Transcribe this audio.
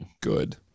good